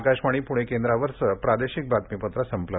आकाशवाणी पूणे केंद्रावरचं प्रादेशिक बातमीपत्र संपलं